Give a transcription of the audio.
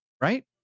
Right